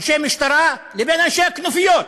אנשי משטרה, לבין אנשי הכנופיות,